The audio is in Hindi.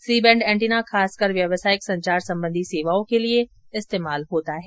सी बैंड एंटीना खासकर व्यावसायिक संचार संबंधी सेवाओं के लिए इस्तेमाल होता है